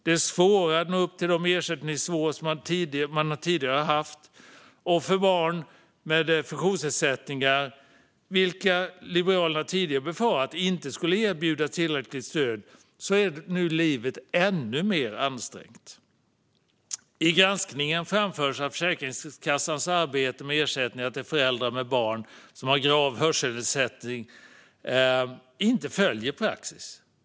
Det är svårare att nå upp till de ersättningsnivåer som man tidigare haft. För barn med funktionsnedsättningar, vilka Liberalerna tidigare befarat inte skulle erbjudas tillräckligt stöd, är nu livet ännu mer ansträngt. I granskningen framförs att Försäkringskassans arbete med ersättningar till föräldrar med barn som har grav hörselnedsättning inte följer praxis.